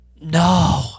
No